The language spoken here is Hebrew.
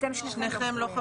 נותנים לו יום